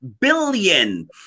Billion